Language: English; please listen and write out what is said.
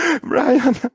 Brian